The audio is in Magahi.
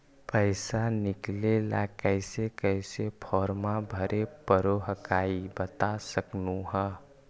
पैसा निकले ला कैसे कैसे फॉर्मा भरे परो हकाई बता सकनुह?